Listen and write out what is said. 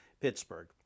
Pittsburgh